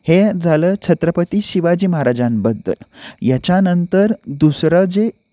हे झालं छत्रपती शिवाजी महाराजांबद्दल याच्यानंतर दुसरं जे